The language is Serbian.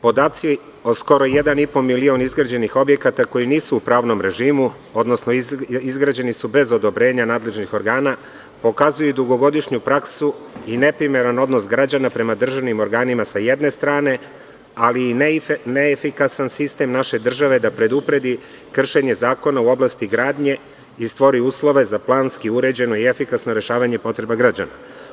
Podaci o skoro 1,5 milion izgrađenih objekata koji nisu u pravnom režimu, odnosno izgrađeni su bez odobrenja nadležnih organa, pokazuju i dugogodišnju praksu i neprimeren odnos građana prema državnim organima, s jedne strane, ali i neefikasan sistem naše države da predupredi kršenje zakona u oblasti gradnje i stvori uslove za planski uređeno i efikasno rešavanje potreba građana.